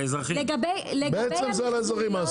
בעצם זה על האזרחים.